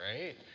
right